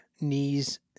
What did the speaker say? knees